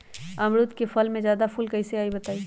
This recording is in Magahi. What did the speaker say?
अमरुद क फल म जादा फूल कईसे आई बताई?